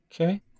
Okay